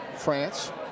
France